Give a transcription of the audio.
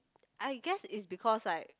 I guess it's because like